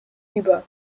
über